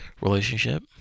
relationship